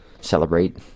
celebrate